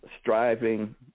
striving